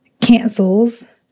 cancels